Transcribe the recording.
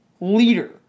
leader